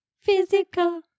Physical